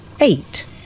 eight